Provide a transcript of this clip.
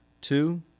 Two